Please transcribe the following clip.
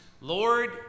Lord